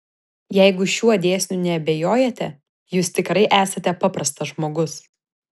jeigu šiuo dėsniu neabejojate jūs tikrai esate paprastas žmogus